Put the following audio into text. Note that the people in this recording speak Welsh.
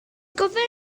gofynnodd